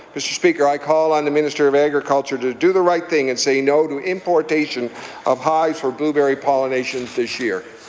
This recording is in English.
mr. speaker, i call on the minister of agriculture to do the right thing and say no to importation of hives for blueberry pollination this year.